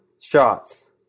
shots